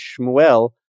Shmuel